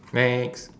next